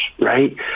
right